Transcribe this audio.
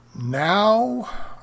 now